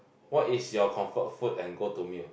what is your comfort food and go to meal